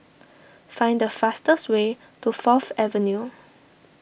find the fastest way to Fourth Avenue